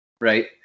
right